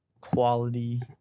quality